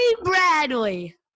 Bradley